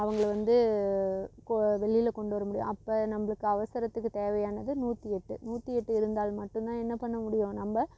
அவங்களை வந்து கொ வெளியில கொண்டு வர முடியும் அப்போ நம்மளுக்கு அவசரத்துக்கு தேவையானது நூற்றி எட்டு நூற்றி எட்டு இருந்தால் மட்டும்தான் என்ன பண்ண முடியும் நம்ம